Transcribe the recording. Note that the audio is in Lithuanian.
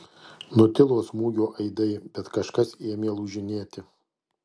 nutilo smūgio aidai bet kažkas ėmė lūžinėti